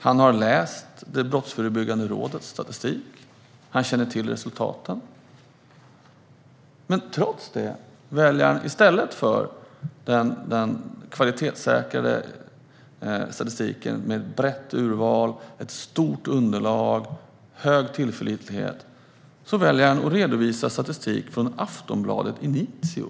Han har läst Brottsförebyggande rådets statistik och känner till resultaten. I stället för kvalitetssäkrad statistik med ett brett urval, stort underlag och hög tillförlitlighet väljer han att redovisa statistik från Aftonbladet och Inizio.